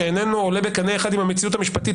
שאיננו עולה בקנה אחד עם המציאות המשפטית,